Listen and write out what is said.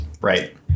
Right